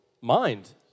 mind